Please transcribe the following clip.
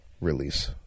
release